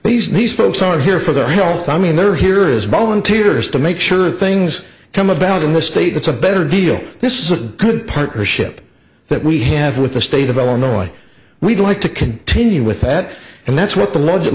nice folks are here for their health i mean they're here is bone teeters to make sure things come about in the state it's a better deal this is a good partnership that we have with the state of illinois we'd like to continue with that and that's what the legi